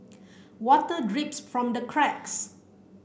water drips from the cracks